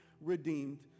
redeemed